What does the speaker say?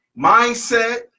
Mindset